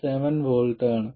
7 V ആണ്